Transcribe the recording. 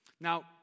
Now